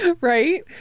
Right